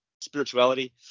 spirituality